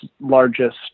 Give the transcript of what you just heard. largest